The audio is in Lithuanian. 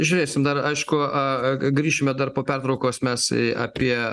žiūrėsim dar aišku a g grįšime dar po pertraukos mes apie